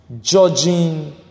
judging